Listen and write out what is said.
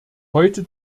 heute